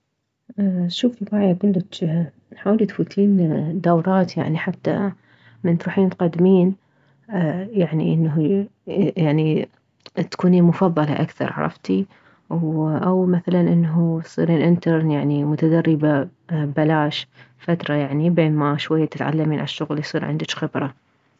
شوفي باعي اكلج حاولي تفوتين دورات يعني حتى من تروحين تقدمين يعني انه يعني تكونين مفضلة اكثر عرفتي او مثلا انه تصيرين اينترن متدربة ببلاش فترة يعني بينما تتعلمين عالشغل يصير عندج خبرة